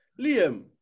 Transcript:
Liam